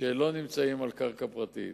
שלא נמצאים על קרקע פרטית.